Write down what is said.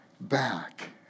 back